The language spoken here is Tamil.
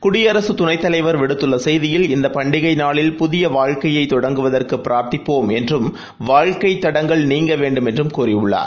குடியரசுத் துணைத் தலைவர் விடுத்துள்ளசெய்தியில் இந்தப் பண்டிகைநாளில் புதியவாழ்க்கையதொடங்குவதற்குபிரார்த்திப்போம் என்றும் வாழ்க்கைத் தடங்கல் நீங்கவேண்டும் என்றும் கூறியுள்ளார்